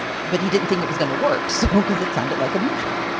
but he didn't think it was going to work, so because it sounded like a moonshot.